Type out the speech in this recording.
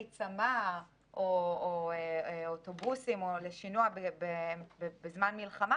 צמ"ה או אוטובוסים לשינוע בזמן מלחמה,